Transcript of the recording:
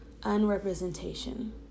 Unrepresentation